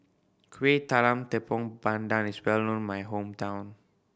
Kuih Talam Tepong Pandan is well known in my hometown